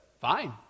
fine